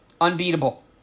Unbeatable